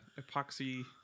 epoxy